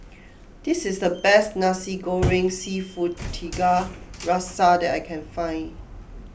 this is the best Nasi Goreng Seafood Tiga Rasa that I can find